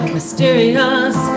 Mysterious